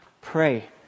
pray